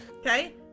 Okay